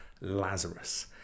Lazarus